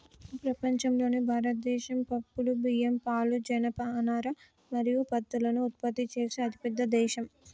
ప్రపంచంలోనే భారతదేశం పప్పులు, బియ్యం, పాలు, జనపనార మరియు పత్తులను ఉత్పత్తి చేసే అతిపెద్ద దేశం